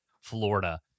Florida